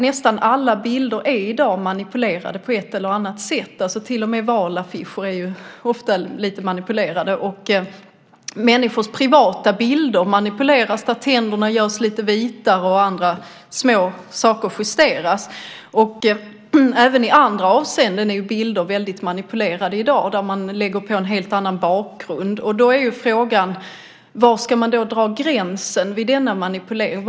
Nästan alla bilder är i dag manipulerade på ett eller annat sätt. Till och med valaffischer är ofta lite manipulerade. Likaså manipuleras människors privata bilder; tänderna görs lite vitare och andra småsaker justeras. Även i andra avseenden är bilderna ofta manipulerade, till exempel genom att man lagt på en annan bakgrund. Och då är frågan: Var ska man dra gränsen för manipulering?